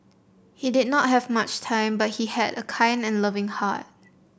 he did not have much time but he had a kind and loving heart